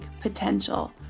potential